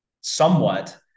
somewhat